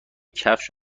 کفش